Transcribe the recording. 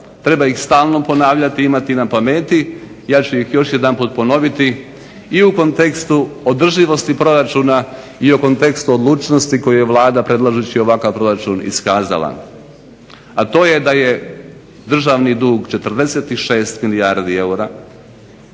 treba ih stalno ponavljati, imati ih na pameti. Ja ću ih još jedanput ponoviti i u kontekstu održivosti proračuna i u kontekstu odlučnosti koju je Vlada predlažući ovakav proračun iskazala. A to je da je državni dug 46 milijardi eura,